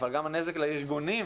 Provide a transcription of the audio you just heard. אבל גם הנזק לארגונים